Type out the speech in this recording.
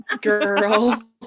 girl